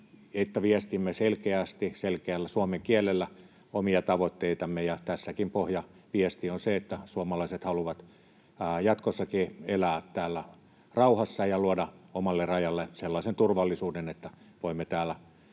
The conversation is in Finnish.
että viestimme selkeästi, selkeällä suomen kielellä omia tavoitteitamme. Tässäkin pohjaviesti on se, että suomalaiset haluavat jatkossakin elää täällä rauhassa ja luoda omalle rajalle sellaisen turvallisuuden, että voimme täällä